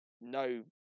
no